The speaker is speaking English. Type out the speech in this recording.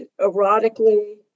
erotically